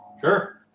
Sure